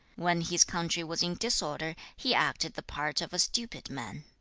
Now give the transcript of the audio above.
when his country was in disorder, he acted the part of a stupid man.